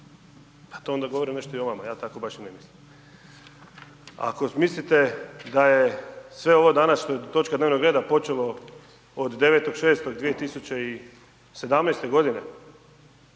pa to onda govori nešto i o vama, ja tako baš i ne mislim. Ako mislite da je sve ovo danas, točka dnevno reda počelo od 9.6.2017. godine,